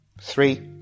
Three